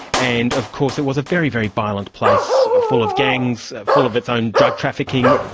and of course it was a very, very violent place full of gangs, full of its own drug trafficking.